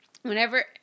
whenever